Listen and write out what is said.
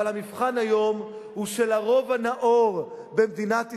אבל המבחן היום הוא של הרוב הנאור במדינת ישראל.